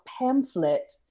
pamphlet